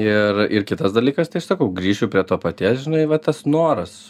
ir ir kitas dalykas tai aš sakau grįšiu prie to paties žinai va tas noras